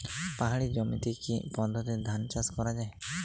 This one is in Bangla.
পাহাড়ী জমিতে কি পদ্ধতিতে ধান চাষ করা যায়?